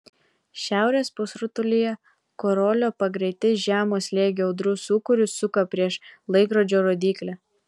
šiaurės pusrutulyje koriolio pagreitis žemo slėgio audrų sūkurius suka prieš laikrodžio rodyklę